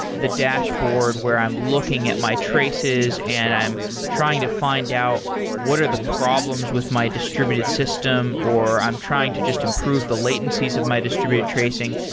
the dashboard where i'm looking at my traces and i'm trying to find out what are the problems with my distributed system or i'm trying to just improve the latencies of my distributed tracing.